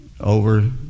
over